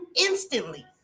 instantly